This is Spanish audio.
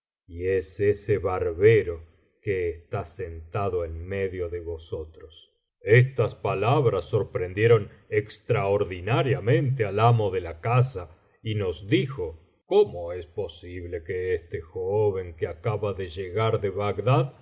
y es ese barbero que está sentado en medio de vosotros estas palabras sorprendieron extraordinariamente al amo de la casa y nos dijo cómo es posible que á este joven que acaba de llegar de bagdad